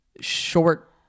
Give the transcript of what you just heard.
short